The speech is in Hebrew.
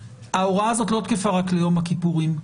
ההוראה הזו לא תקפה רק ליום הכיפורים.